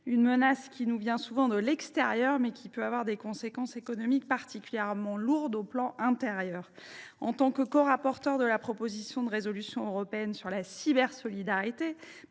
une menace qui vient souvent de l’extérieur, mais qui peut avoir des conséquences économiques particulièrement lourdes sur le plan intérieur. Corapporteure de la proposition de résolution européenne sur la cybersolidarité,